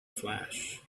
flash